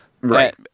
Right